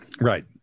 Right